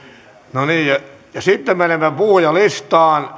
no niin sitten menemme puhujalistaan